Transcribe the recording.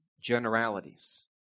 generalities